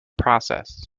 process